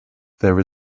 there